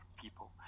people